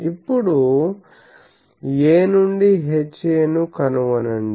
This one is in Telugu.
ఇప్పుడు A నుండి HA ను కనుగొనండి